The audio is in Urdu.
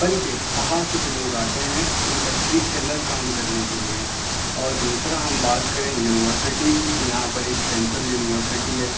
بلکہ باہر سے بھی لوگ آتے ہیں ان فیکٹریز کے اندر کام کرنے کے لیے اور دوسرا ہم بات کریں یونیورسٹی کی یہاں پر ایک سینٹرل یونیورسٹی ہے